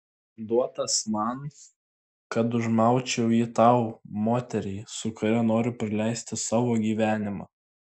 duotas man kad užmaučiau jį tau moteriai su kuria noriu praleisti savo gyvenimą